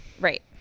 Right